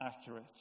accurate